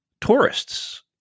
tourists